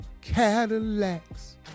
Cadillacs